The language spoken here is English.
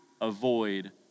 avoid